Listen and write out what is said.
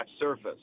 surface